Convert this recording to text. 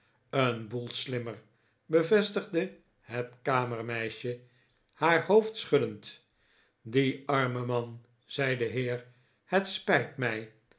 een boel slimmer bevestigde het kamermeisje haar hoofd schuddend die arme man zei de heer het spijt mij